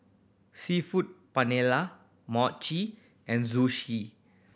Seafood Paella Mochi and Zosui